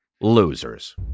losers